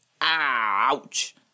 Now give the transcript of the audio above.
Ouch